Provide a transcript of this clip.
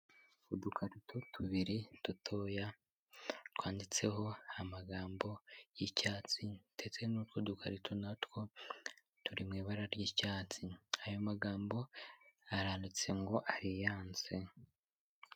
Udukarito tubiri dutoya twanditseho amagambo y'icyatsi ndetse n'utwo dukarito natwo turi mu ibara ry'icyatsi, ayo magambo aranditse ngo ariyance.